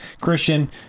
Christian